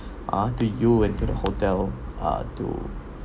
ah to you and to the hotel ah to